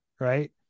right